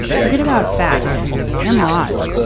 forget about facts and laws.